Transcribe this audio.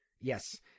Yes